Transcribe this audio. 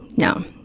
no,